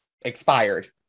expired